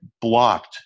blocked